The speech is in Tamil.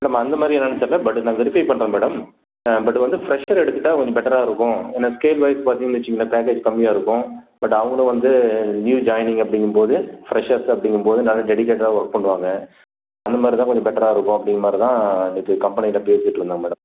மேடம் அந்த மாதிரி என்னான்னு தெரில பட் நான் வெரிஃபை பண்ணுறேன் மேடம் பட்டு வந்து ஃப்ரெஷ்ஷர் எடுத்துக்கிட்டால் கொஞ்சம் பெட்டராக இருக்கும் ஏன்னா ஸ்கேல் வைஸ் பார்த்திங்கன்னு வச்சுக்கங்களேன் பேக்கேஜ் கம்மியாக இருக்கும் பட்டு அவங்களும் வந்து நியூ ஜாயினிங் அப்படிங்க போது ஃப்ரெஷ்ஷர்ஸு அப்படிங்க போது நல்ல டெடிகேட்டாக ஒர்க் பண்ணுவாங்க அந்த மாதிரி இருந்தால் கொஞ்சம் பெட்டராக இருக்கும் அப்படின்னு மாதிரி தான் இன்னைக்கு கம்பெனியில பேசிகிட்டு இருந்தோம் மேடம்